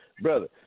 Brother